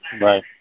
Right